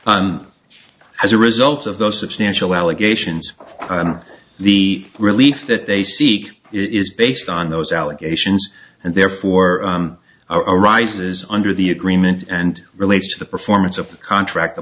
lease as a result of those substantial allegations the relief that they seek is based on those allegations and therefore arises under the agreement and release of the performance of the contract the